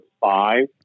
five